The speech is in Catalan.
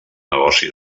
negoci